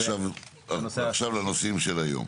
עכשיו, לנושאים של היום.